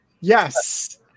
Yes